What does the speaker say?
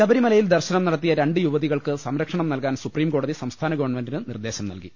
ശബരിമലയിൽ ദർശനം നടത്തിയ രണ്ട് യുവതികൾക്ക് സംര ക്ഷണം നൽകാൻ സുപ്രീംകോടതി സംസ്ഥാന ഗവൺമെന്റിന് നിർദേശം നൽകി